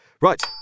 right